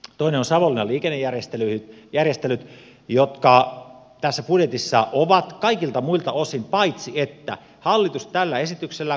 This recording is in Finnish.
toinen on savonlinnan liikennejärjestelyt jotka tässä budjetissa ovat kaikilta muilta osin paitsi että hallitus tällä esityksellä katkaisee savonlinnasta rautatien